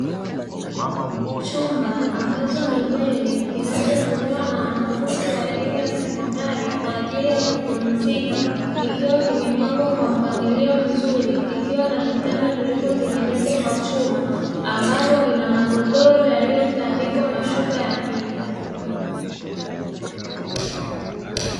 Chumba ambacho ni bweni kinachotumiwa na wanafunzi wa elimu ya sekondari kwa ajili ya kupumzika, kikiwa kimepangwa kwa mpangilio mzuri; kikiwa na vitanda vilivyotengenezwa kwa chuma ambavyo vina magodoro yaliyo tandikwa mashuka ya pinki.